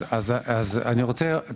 אז אני רוצה,